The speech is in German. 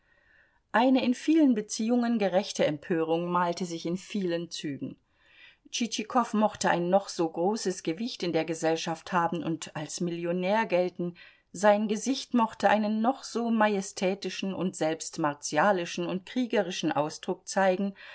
eine in vielen beziehungen gerechte empörung malte sich in vielen zügen tschitschikow mochte ein noch so großes gewicht in der gesellschaft haben und als millionär gelten sein gesicht mochte einen noch so majestätischen und selbst martialischen und kriegerischen ausdruck zeigen